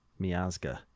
Miazga